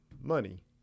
money